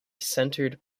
centered